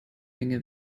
menge